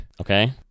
Okay